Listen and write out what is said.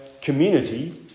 community